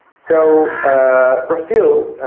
so ah brazil,